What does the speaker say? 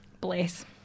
Bless